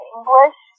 English